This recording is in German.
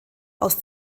aus